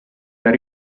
dal